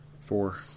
four